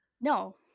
No